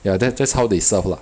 ya that~ that's how they serve lah